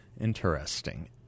Interesting